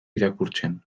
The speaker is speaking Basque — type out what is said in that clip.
irakurtzen